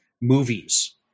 movies